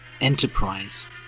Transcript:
Enterprise